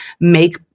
make